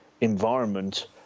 environment